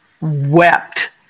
wept